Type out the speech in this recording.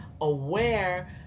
aware